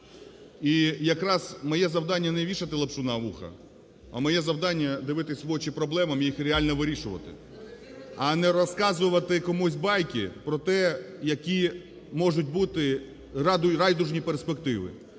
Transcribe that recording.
І якраз моє завдання не вішатилапшу на вуха, а моє завдання – дивитись в очі проблемам і їх реально вирішувати, а не розказувати комусь байки про те, які можуть бути райдужні перспективи.